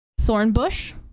Thornbush